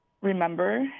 remember